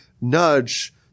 nudge